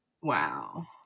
Wow